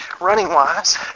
running-wise